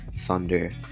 thunder